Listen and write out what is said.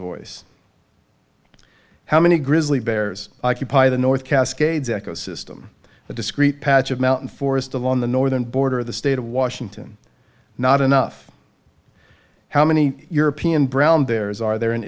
voice how many grizzly bears occupy the north cascades eco system a discrete patch of mountain forest along the northern border of the state of washington not enough how many european brown bears are there in